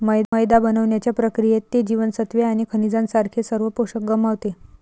मैदा बनवण्याच्या प्रक्रियेत, ते जीवनसत्त्वे आणि खनिजांसारखे सर्व पोषक गमावते